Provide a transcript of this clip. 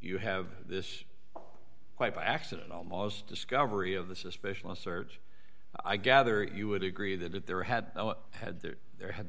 you have this quite by accident almost discovery of the suspicion search i gather you would agree that if there had had there there had